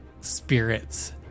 spirits